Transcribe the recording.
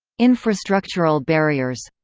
infrastructural barriers